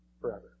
forever